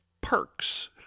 perks